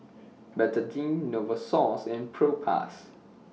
Betadine Novosource and Propass